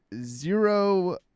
zero